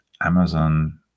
Amazon